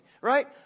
Right